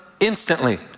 Instantly